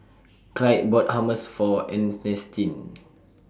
Clide bought Hummus For Ernestine